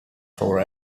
for